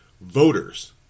voters